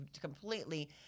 completely